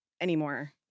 anymore